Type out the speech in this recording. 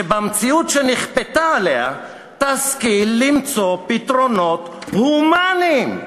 שבמציאות שנכפתה עליה תשכיל למצוא פתרונות הומניים.